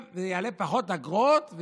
וזה יעלה פחות באגרות,